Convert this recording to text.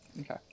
Okay